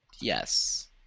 Yes